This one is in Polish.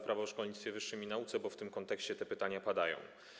Prawo o szkolnictwie wyższym i nauce, bo w tym kontekście te pytania padają.